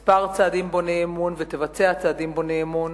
כמה צעדים בוני אמון ותבצע צעדים בוני אמון,